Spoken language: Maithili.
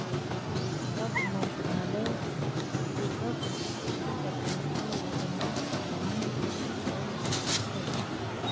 सभ मन्त्रालय दिससँ कतेको योजनाक आरम्भ कएल जाइत छै